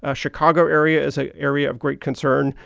ah chicago area is a area of great concern.